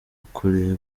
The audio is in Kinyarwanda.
ukureba